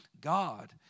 God